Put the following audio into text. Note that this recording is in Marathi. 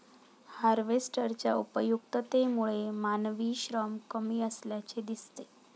हार्वेस्टरच्या उपयुक्ततेमुळे मानवी श्रम कमी असल्याचे दिसते